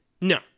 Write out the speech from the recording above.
No